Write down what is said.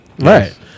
Right